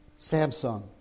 Samsung